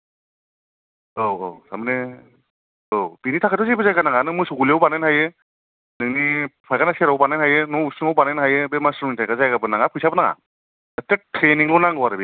औ औ तारमाने बेनि थाखायथ' जेबो जायगा नाङा दा मोसौ गलियावबो बानायनो हायो नोंनि पायखाना सेरावबो बानायनो हायो न उसुंआवबो बानायनो हायो बांद्राय जायगाबो नाङा फैसाबो नाङा ट्रेनिंल नांगौ आरो बेनि थाखाय